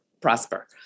prosper